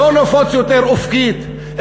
לא נפוץ יותר אופקית,